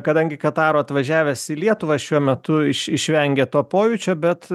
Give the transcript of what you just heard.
kadangi kataro atvažiavęs į lietuvą šiuo metu iš išvengia to pojūčio bet